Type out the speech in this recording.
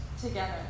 together